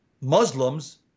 Muslims